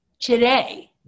today